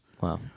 Wow